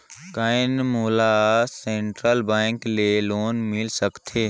कौन मोला Central Bank ले लोन मिल सकथे?